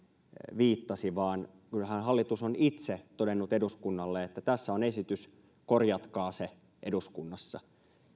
viittasi vaan kyllähän hallitus on itse todennut eduskunnalle että tässä on esitys korjatkaa se eduskunnassa